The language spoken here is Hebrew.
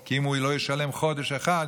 כי אם הוא לא ישלם חודש אחד,